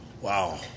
wow